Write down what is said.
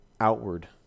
outward